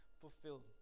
fulfilled